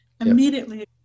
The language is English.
immediately